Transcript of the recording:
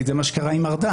כי זה מה שקרה עם ארדן.